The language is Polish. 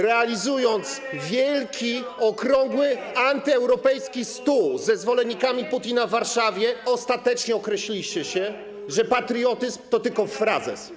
Realizując wielki, okrągły antyeuropejski stół ze zwolennikami Putina w Warszawie, ostatecznie określiliście się, że patriotyzm to tylko frazes.